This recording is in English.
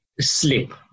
sleep